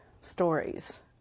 stories